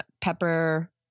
pepper